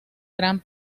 gran